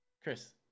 Chris